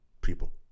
People